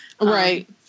Right